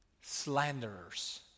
slanderers